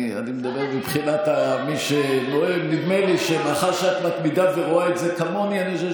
כי נדמה לי שגם חבר הכנסת רז וגם חברת הכנסת